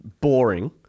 boring